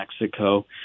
Mexico